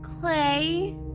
Clay